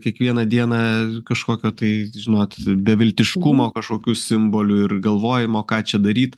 kiekvieną dieną kažkokio tai žinot beviltiškumo kažkokių simbolių ir galvojimo ką čia daryt